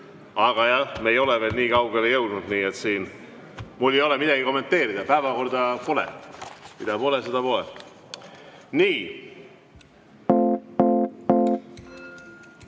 Aga jah, me ei ole veel nii kaugele jõudnud, siin mul ei ole midagi kommenteerida. Päevakorda pole. Mida pole, seda pole. Head